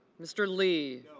mr. lee